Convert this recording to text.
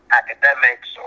academics